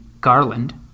Garland